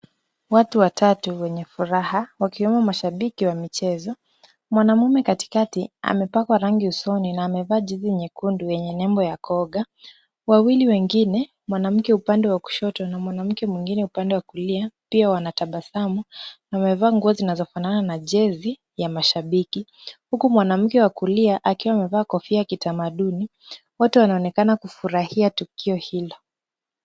Watu watatu wenye furaha wakiwemo mashabiki wa michezo. Mwanamume katikati amepakwa rangi usoni na amevaa jezi nyekundu yenye nembo ya koga. Wawili wengine mwanamke upande wa kushoto na mwanamke mwengine upande wa kulia pia wanatabasamu na wamevaa nguo zinazofanana na jezi ya mashabiki huku mwanamke wa kulia akiwa amevaa kofia ya kitamaduni, wote wanaonekana kufurahia tukio hilo.